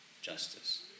justice